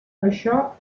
això